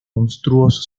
monstruoso